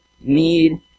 need